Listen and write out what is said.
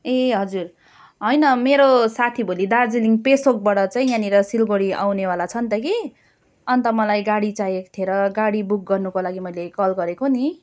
ए हजुर होइन मेरो साथी भोलि दार्जिलिङ पेसोकबाट चाहिँ यहाँनिर सिलगडी आउने वाला छन् त कि अन्त मलाई गाडी चाहिएको थियो र गाडी बुक गर्नुको लागि मैले कल गरेको नि